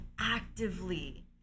actively